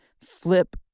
flip